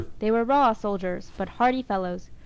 they were raw soldiers, but hardy fellows,